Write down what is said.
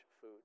food